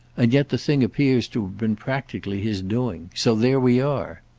and yet the thing appears to have been practically his doing. so there we are.